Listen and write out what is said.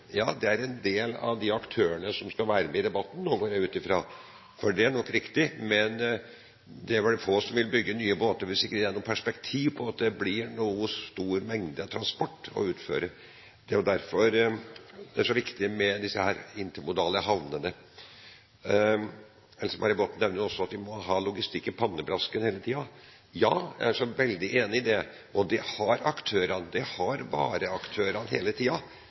Det er en del av de aktørene som skal være med i debatten, går jeg ut fra, for det er nok riktig, men det er vel få som vil bygge nye båter hvis det ikke er noe perspektiv med hensyn til at det blir noen stor mengde transport å utføre. Det er jo derfor det er så viktig med disse intermodale havnene. Else-May Botten nevner også at vi må ha logistikk i pannebrasken hele tiden. Ja, jeg er veldig enig i det, og det har aktørene. Det har vareaktørene hele